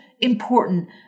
important